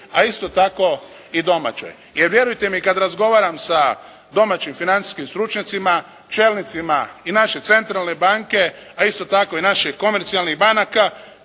a isto tako i domaćoj. Jer vjerujte mi kada razgovaram sa domaćim financijskim stručnjacima, čelnicima i naše centralne banke a isto tako i naših komercijalnih banaka